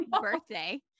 birthday